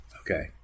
okay